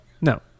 no